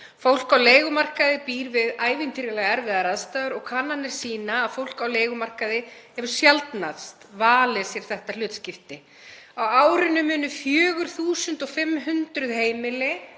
Fólk á leigumarkaði býr við ævintýralega erfiðar aðstæður og kannanir sýna að fólk á leigumarkaði hefur sjaldnast valið sér þetta hlutskipti. Á árinu munu 4.500 heimili